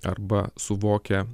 arba suvokia